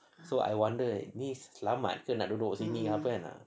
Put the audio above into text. so I wonder ni selamat ke nak duduk sini